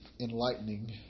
enlightening